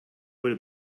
would